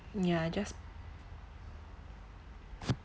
ya just